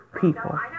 people